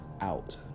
out